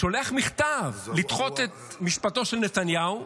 שולח מכתב לדחות את משפטו של נתניהו,